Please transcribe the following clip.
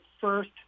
first